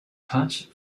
touch